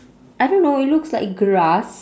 I don't know it looks like grass